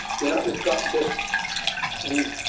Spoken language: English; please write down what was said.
you know you've got just the